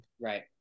Right